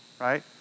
right